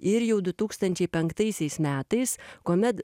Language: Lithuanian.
ir jau du tūkstančiai penktaisiais metais kuomet